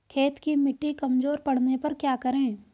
खेत की मिटी कमजोर पड़ने पर क्या करें?